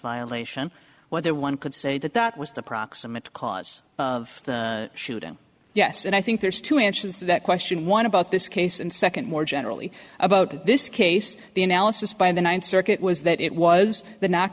violation whether one could say that that was the proximate cause of the shooting yes and i think there's two actions that question one about this case and second more generally about this case the analysis by the ninth circuit was that it was the knock